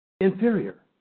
inferior